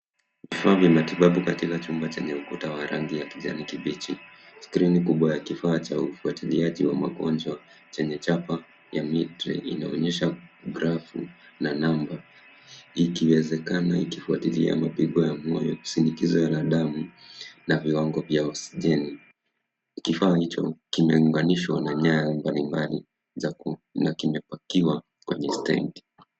Kifaa cha matibabu katika chumba chenye ukuta wa kijani kibichi. Skrini kubwa ya kifaa cha ufuatiliaji wa magonjwa chenye chapa ya mid-ray inaonyesha grafu na namba ikiwezekana ikifuatilia mapigo ya moyo, shinikizo la damu na viwango vya oksijeni. Kifaa hicho kimeunganishwa na nyaya mbalimbali za ku na kimepakiwa kwenye stendi.